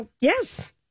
yes